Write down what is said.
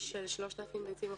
של 3,000 ביצים?